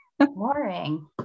Boring